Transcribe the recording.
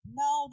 no